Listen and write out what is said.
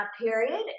period